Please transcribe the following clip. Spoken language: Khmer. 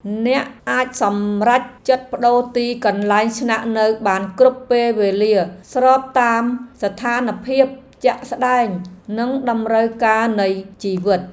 អ្នកអាចសម្រេចចិត្តប្ដូរទីកន្លែងស្នាក់នៅបានគ្រប់ពេលវេលាស្របតាមស្ថានភាពជាក់ស្ដែងនិងតម្រូវការនៃជីវិត។